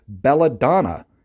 belladonna